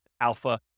alpha